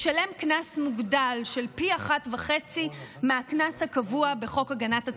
ישלם קנס מוגדל של פי אחת וחצי מהקנס הקבוע בחוק הגנת הצרכן,